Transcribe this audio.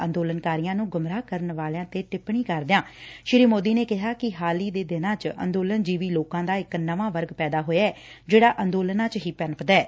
ਅੰਦੋਲਨ ਕਾਰੀਆਂ ਨੂੰ ਗੁੰਮਰਾਹ ਕਰਨ ਵਾਲਿਆਂ ਤੇ ਟਿਪਣੀ ਕਰਦਿਆਂ ਸ੍ਰੀ ਸੋਦੀ ਨੇ ਕਿਹਾ ਕਿ ਹਾਲ ਹੀ ਦੇ ਦਿਨਾਂ ਚ ਅੰਦੋਲਨ ਜੀਵੀ ਲੋਕਾਂ ਦਾ ਇਕ ਨਵਾਂ ਵਰਗ ਪੈਦਾ ਹੋਇਐ ਜਿਹੜਾ ਅੰਦੋਲਨਾਂ ਚ ਹੀ ਪੰਨਪਦੈ